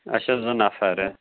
اَچھا زٕ نَفَرٕ